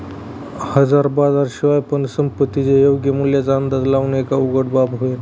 हजर बाजारा शिवाय पण संपत्तीच्या योग्य मूल्याचा अंदाज लावण एक अवघड बाब होईल